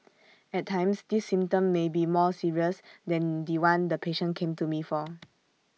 at times this symptom may be more serious than The One the patient came to me for